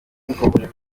zikomeje